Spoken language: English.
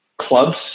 clubs